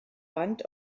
band